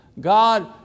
God